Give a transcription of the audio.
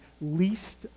least